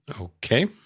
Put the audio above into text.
Okay